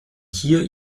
hier